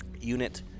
unit